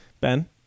Ben